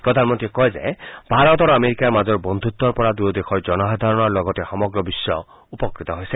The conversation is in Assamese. প্ৰধানমন্ত্ৰীয়ে কয় যে ভাৰত আৰু আমেৰিকাৰ মাজৰ বন্ধুত্বৰ পৰা দুয়ো দেশৰ জনসাধাৰণৰ লগতে সমগ্ৰ বিশ্ব উপকৃত হৈছে